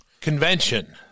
Convention